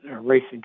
racing